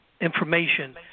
information